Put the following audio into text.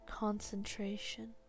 Concentration